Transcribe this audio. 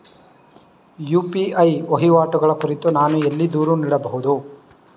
UPI ವಹಿವಾಟುಗಳ ಕುರಿತು ನಾನು ಎಲ್ಲಿ ದೂರು ನೀಡಬಹುದು?